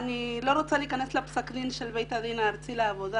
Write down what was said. אני לא רוצה להיכנס לפסק הדין של בית הדין הארצי לעבודה,